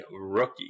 rookie